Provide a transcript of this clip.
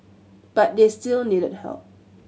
but they still needed help